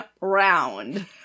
round